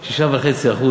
6.5%,